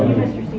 mr.